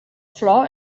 flor